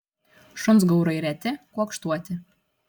šuns gaurai reti kuokštuoti